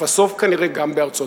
ובסוף כנראה גם בארצות-הברית.